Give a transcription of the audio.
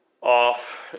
off